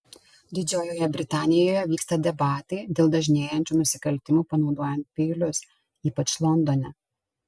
didžiojoje britanijoje vyksta debatai dėl dažnėjančių nusikaltimų panaudojant peilius ypač londone